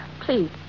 Please